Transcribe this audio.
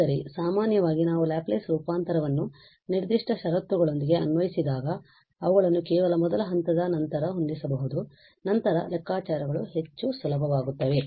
ಆದರೆ ಸಾಮಾನ್ಯವಾಗಿ ನಾವು ಲ್ಯಾಪ್ಲೇಸ್ ರೂಪಾಂತರವನ್ನು ನಿರ್ದಿಷ್ಟ ಷರತ್ತುಗಳೊಂದಿಗೆ ಅನ್ವಯಿಸಿದಾಗ ನಾವು ಅವುಗಳನ್ನು ಕೇವಲ ಮೊದಲ ಹಂತದ ನಂತರ ಹೊಂದಿಸಬಹುದು ಮತ್ತು ನಂತರ ಲೆಕ್ಕಾಚಾರಗಳು ಹೆಚ್ಚು ಸುಲಭವಾಗುತ್ತವೆ